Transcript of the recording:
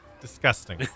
disgusting